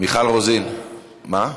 מיכל רוזין, מה?